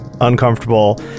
uncomfortable